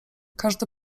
każdy